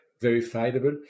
verifiable